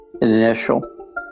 Initial